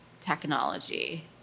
technology